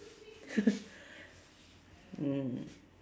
mm